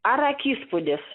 ar akispūdis